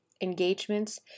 engagements